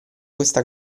questa